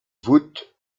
voûtes